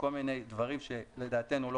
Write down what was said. אנחנו מוחקים כל מיני דברים שלדעתנו לא